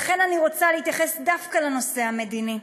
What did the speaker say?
לכן אני רוצה להתייחס דווקא לנושא המדיני.